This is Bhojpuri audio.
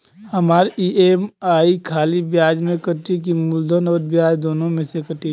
हमार ई.एम.आई खाली ब्याज में कती की मूलधन अउर ब्याज दोनों में से कटी?